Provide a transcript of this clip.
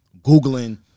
Googling